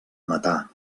matar